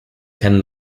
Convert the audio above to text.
kennen